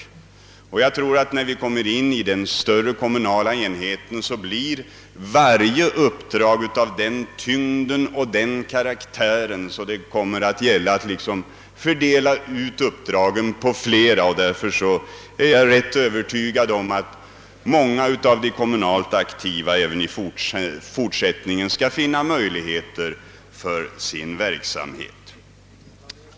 Jag tror att i de större kommunala enheterna varje uppdrag blir av den tyngden och karaktären, att det visar sig nödvändigt att fördela uppdragen på fler personer. Jag är därför övertygad om att många av de kommunalt aktiva även i fortsättningen skall få möjligheter till kommunal verksamhet.